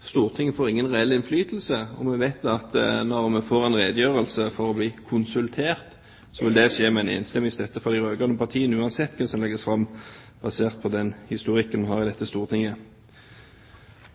Stortinget vil ikke få noen reell innflytelse. Vi vet da at når vi får en redegjørelse for å bli konsultert, vil det skje med en enstemmig støtte fra de rød-grønne partiene, uansett hva som legges fram, basert på den historikken vi har i dette stortinget.